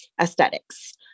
aesthetics